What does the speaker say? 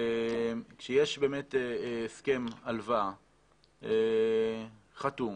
שיש באמת הסכם הלוואה חתום